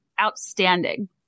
outstanding